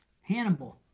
Hannibal